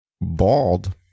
bald